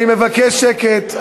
אני מבקש שקט,